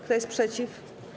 Kto jest przeciw?